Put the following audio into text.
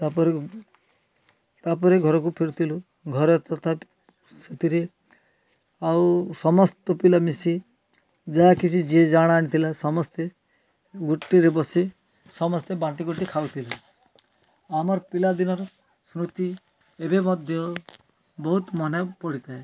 ତାପରେ ତାପରେ ଘରକୁ ଫେରୁଥିଲୁ ଘରେ ତଥାପି ସେଥିରେ ଆଉ ସମସ୍ତ ପିଲା ମିଶି ଯାହା କିଛି ଯିଏ ଯାହା ଆଣିଥିଲା ସମସ୍ତେ ଗୁଟିରେ ବସି ସମସ୍ତେ ବାଣ୍ଟିକୁଣ୍ଟି ଖାଉଥିଲେ ଆମର ପିଲାଦିନର ସ୍ମୃତି ଏବେ ମଧ୍ୟ ବହୁତ ମନେପଡ଼ିଥାଏ